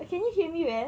can you hear me well